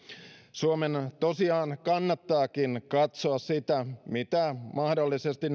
suomen tosiaan kannattaakin katsoa sitä mitä naapurivaltioissamme mahdollisesti